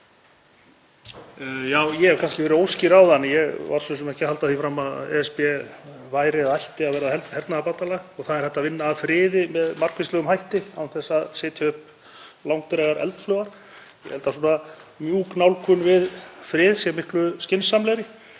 Ég hef kannski verið óskýr áðan, ég var svo sem ekki að halda því fram að ESB væri eða ætti að verða hernaðarbandalag. Það er hægt að vinna að friði með margvíslegum hætti án þess að setja upp langdrægar eldflaugar. Ég held að mjúk nálgun við frið sé miklu skynsamlegri.